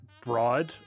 broad